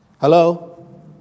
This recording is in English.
Hello